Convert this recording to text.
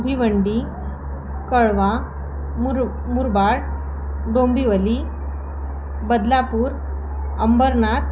Bhiwandi Kalwa Mur Murbad Dombivli Badlapur Ambernath